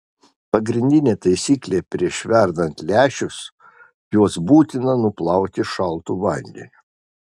pagrindinė taisyklė prieš verdant lęšius juos būtina nuplauti šaltu vandeniu